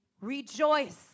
Rejoice